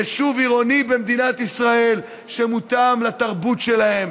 יישוב עירוני במדינת ישראל שמותאם לתרבות שלהם,